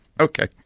Okay